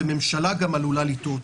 ממשלה גם עלולה לטעות.